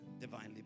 divinely